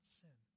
sin